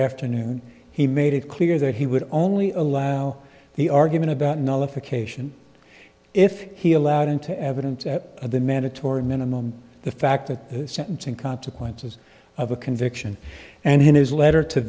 afternoon he made it clear that he would only allow the argument about nullification if he allowed into evidence at the mandatory minimum the fact that sentencing consequences of a conviction and in his letter to